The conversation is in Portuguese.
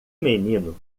menino